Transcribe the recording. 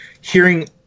hearing